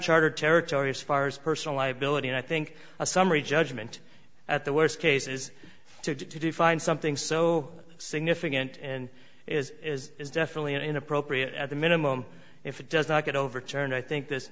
uncharted territory as far as personal liability and i think a summary judgment at the worst case is to define something so significant and is is is definitely an appropriate at the minimum if it does not get overturned i think this